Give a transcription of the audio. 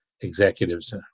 executives